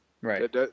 Right